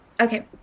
okay